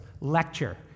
lecture